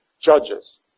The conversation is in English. Judges